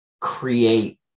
create